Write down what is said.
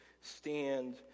stand